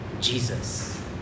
Jesus